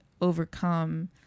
overcome